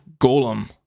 Golem